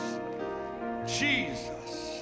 Jesus